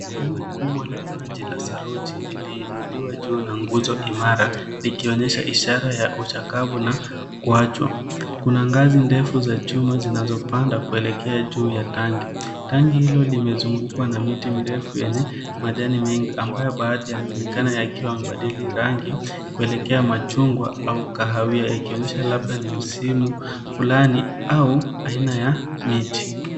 Tangi kubwa la maji la saruji liliinuliwa juu na nguzo imara likionyesha ishara ya uchakavu na kuachwa. Kuna ngazi ndefu za chuma zinazopanda kuelekea juu ya tangi. Tangi hilo limezungukwa na miti mirefu yenye majani mengi ambayo baadhi yanaonekana yakiwa yamebadili rangi kuelekea machungwa au kahawia, yakionyesha labda ni msimu fulani au aina ya miti.